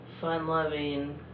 fun-loving